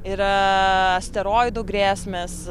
yra asteroidų grėsmės